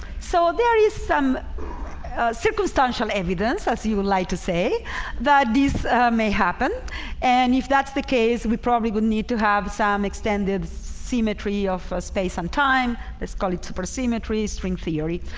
so there is some circumstantial evidence as you would like to say that this may happen and if that's the case we probably would need to have some extended symmetry of ah space and time. let's call it supersymmetry string theory